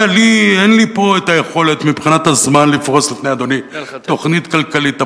אין לי פה היכולת מבחינת הזמן לפרוס לפני אדוני תוכנית כלכלית,